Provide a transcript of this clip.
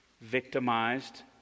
victimized